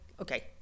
okay